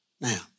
Now